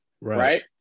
right